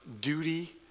duty